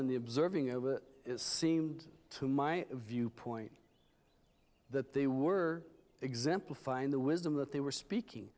in the observing over it it seemed to my viewpoint that they were exemplifying the wisdom that they were speaking